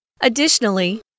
Additionally